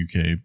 UK